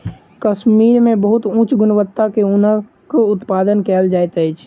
कश्मीर मे बहुत उच्च गुणवत्ता के ऊनक उत्पादन कयल जाइत अछि